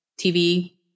TV